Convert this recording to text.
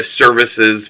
services